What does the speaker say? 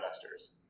investors